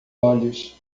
olhos